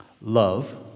Love